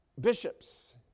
bishops